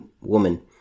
woman